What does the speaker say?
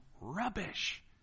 rubbish